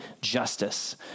justice